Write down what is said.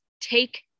take